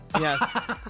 Yes